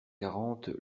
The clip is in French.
quarante